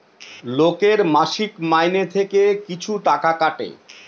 লোকের মাসিক মাইনে থেকে কিছু টাকা কাটে